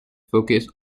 focus